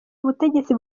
ubutegetsi